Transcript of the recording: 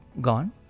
gone